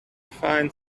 find